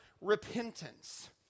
repentance